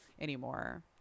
anymore